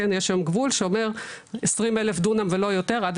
יש היום גבול שאומר 20 אלף דונם ולא יותר עד